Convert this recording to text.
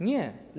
Nie.